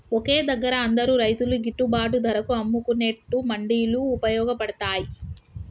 ఒకే దగ్గర అందరు రైతులు గిట్టుబాటు ధరకు అమ్ముకునేట్టు మండీలు వుపయోగ పడ్తాయ్